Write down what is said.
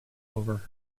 over